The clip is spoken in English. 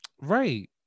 Right